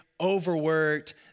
overworked